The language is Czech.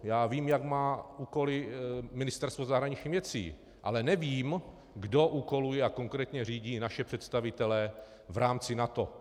Já vím, jaké má úkoly Ministerstvo zahraničních věcí, ale nevím, kdo úkoluje a konkrétně řídí naše představitele v rámci NATO.